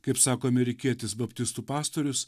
kaip sako amerikietis baptistų pastorius